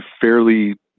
fairly